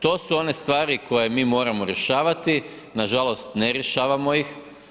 To su one stvari koje mi moramo rješavati, nažalost ne rješavamo ih.